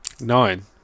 Nine